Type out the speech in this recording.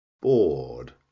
bored